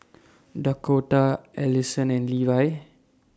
Dakotah Alyson and Levie